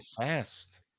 fast